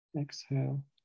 exhale